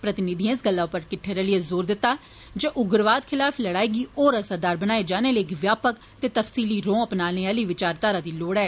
प्रतिनिधिएं इस गल्लै उप्पर किट्ठे रलियै जोर दित्ता जे उग्रवाद खलाफ लड़ाई गी होर असरदार बनाए जाने लेई इक व्यापक ते तफसीली रौंऽ अपनाने आली बचारघारा दी लोड़ ऐ